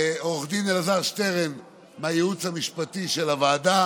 לעו"ד אלעזר שטרן מהייעוץ המשפטי של הוועדה,